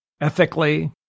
ethically